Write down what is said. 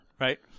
Right